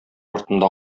артында